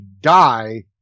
die